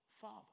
father